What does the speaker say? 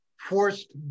forced